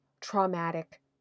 traumatic